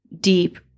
deep